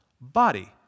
body